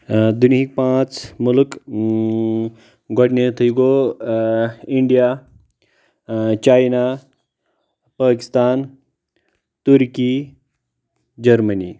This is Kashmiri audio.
دنیٖہٕکۍ پانٛژھ مُلک اۭں گۄڈنیٹھٕے گوٚو India China Pakistan Turkey Germany